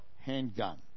handgun